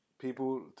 people